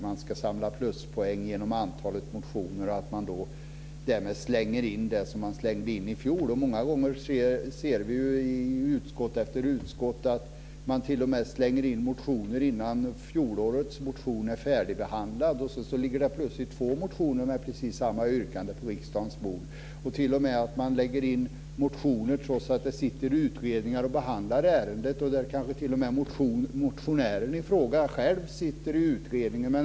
De ska samla pluspoäng genom antalet motioner. Det blir att man slänger in det man slängde in i fjol. Vi kan se i utskott efter utskott att man slänger in en motion innan fjolårets motion är färdigbehandlad. Plötsligt ligger det två motioner med precis samma yrkande på riksdagens bord. Det förekommer t.o.m. att man lägger fram motioner trots att en utredning behandlar ärendet, en utredning där motionären själv sitter med.